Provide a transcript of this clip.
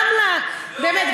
באמת,